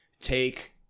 take